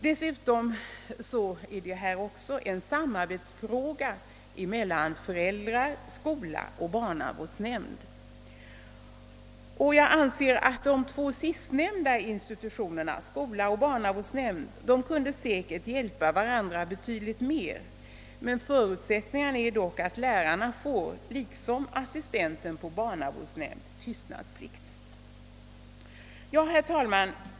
Dessutom är detta också en fråga om samarbete mellan föräldrar, skola och barnavårdsnämnd. Jag anser att skola och barnavårdsnämnd borde kunna hjälpa varandra betydligt mera än som nu sker, men då är förutsättningen att lärarna får tystnadsplikt på samma sätt som barnavårdsnämndens assistenter. Herr talman!